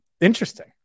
interesting